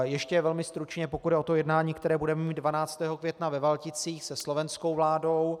Ještě velmi stručně, pokud jde o to jednání, které budeme mít 12. května ve Valticích se slovenskou vládou.